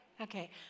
Okay